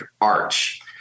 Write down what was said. arch